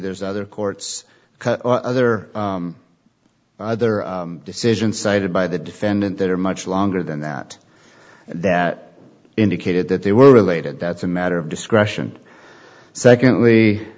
there's other courts cut or other other decisions cited by the defendant that are much longer than that that indicated that they were related that's a matter of discretion secondly